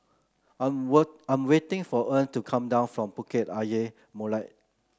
I'm I'm waiting for Earle to come down from Bukit Ayer Molek